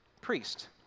priest